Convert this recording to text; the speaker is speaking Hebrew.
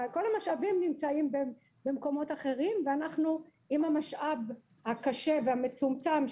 כל המשאבים נמצאים במקומות אחרים ואנחנו עם המשאב הקשה והמצומצם,